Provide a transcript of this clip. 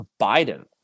Biden